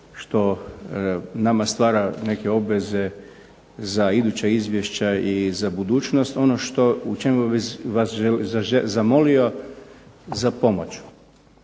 što nama stvara neke obveze za iduća izvješća i za budućnost. Ono u čemu bi vas zamolio za pomoć